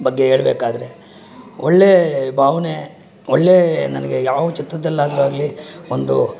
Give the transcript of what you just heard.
ಬಗ್ಗೆ ಹೇಳಬೇಕಾದ್ರೆ ಒಳ್ಳೆ ಭಾವನೆ ಒಳ್ಳೆ ನನಗೆ ಯಾವ ಚಿತ್ರದಲ್ಲಾಗಲಿ ಒಂದು